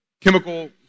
chemical